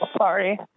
Sorry